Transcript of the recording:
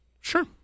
Sure